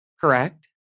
correct